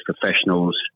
professionals